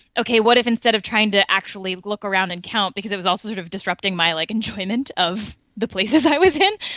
okay, what if instead of trying to actually look around and count, because it was also sort of disrupting my like enjoyment of the places i was in,